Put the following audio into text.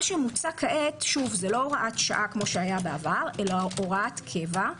מה שמוצע כעת זה לא הוראת שעה כפי שהיה בעבר אלא הוראת קבע,